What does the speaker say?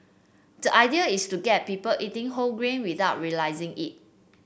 the idea is to get people eating whole grain without realising it